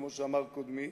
כמו שאמר קודמי